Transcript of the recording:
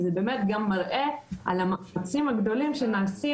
זה באמת מראה גם על המאמצים הגדולים שנעשים